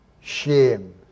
shame